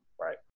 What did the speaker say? right